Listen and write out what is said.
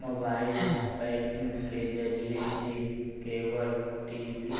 mobile banking के जरिए भी केबल टी.वी